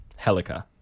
Helica